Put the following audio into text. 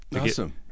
Awesome